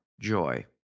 joy